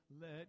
Let